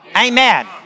Amen